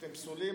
אתם פסולים,